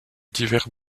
divers